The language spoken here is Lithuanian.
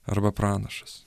arba pranašas